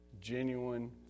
genuine